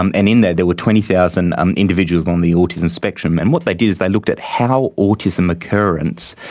um and in there there were twenty thousand um people on the autism spectrum, and what they did is they looked at how autism occurrence